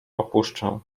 opuszczę